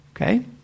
Okay